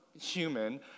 human